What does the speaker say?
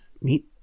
Meet